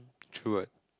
true what